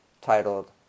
titled